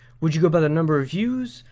would you go by the number of views?